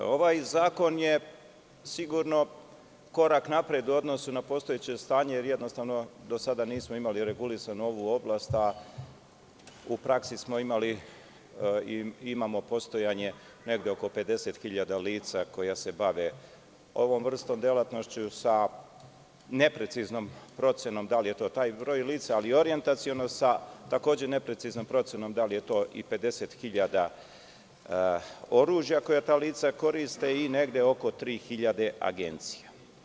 Ovaj zakon je sigurno korak napred u odnosu na postojeće stanje, jer jednostavno do sada nismo imali regulisanu ovu oblast, a u praksi smo imali i imamo postojanje negde oko 50.000 lica koja se bave ovom vrstom delatnošću sa nepreciznom procenom da li je to taj broj lica, ali orijentaciono sa takođe nepreciznom procenom da li je to i 50.000 oružja koja ta lica koriste i negde oko 3.000 agencija.